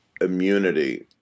immunity